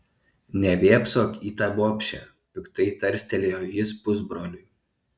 nevėpsok į tą bobšę piktai tarstelėjo jis pusbroliui